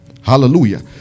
Hallelujah